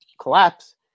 collapse